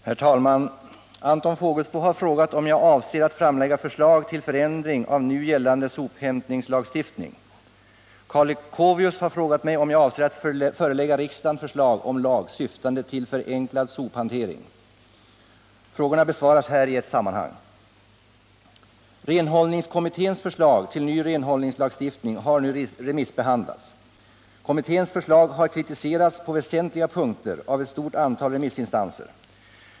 Herr talman! Anton Fågelsbo har frågat om jag avser att framlägga förslag till förändring av nu gällande sophämtningslagstiftning. Karl Leuchovius har frågat mig om jag avser att förelägga riksdagen förslag om lag syftande till förenklad sophantering. Frågorna besvaras här i ett sammanhang. Renhållningskommitténs förslag till ny renhållningslagstiftning har nu remissbehandlats. Kommitténs förslag har kritiserats, på väsentliga punkter av ett stort antal remissinstanser.